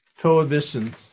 prohibitions